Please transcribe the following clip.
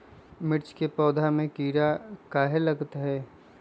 मिर्च के पौधा में किरा कहे लगतहै?